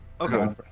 Okay